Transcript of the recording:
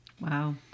Wow